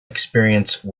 experience